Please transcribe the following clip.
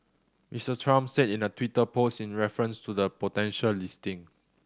Mister Trump said in the Twitter post in reference to the potential listing